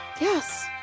Yes